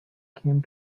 came